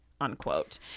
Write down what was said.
unquote